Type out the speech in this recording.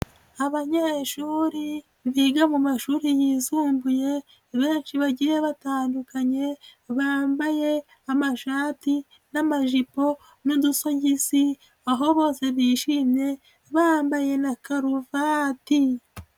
Abanyeshuri biga mu mashuri yisumbuye, benshi bagiye batandukanye, bambaye amashati n'amajipo n'udusogizi, aho bose bishimye, bambaye na karuvati.